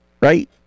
Right